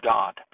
God